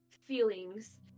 feelings